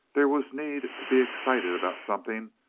there was need to be excited about something,